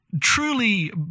truly